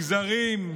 מגזרים,